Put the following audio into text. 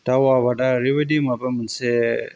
दाव आबादा ओरैबायदि माबा मोनसे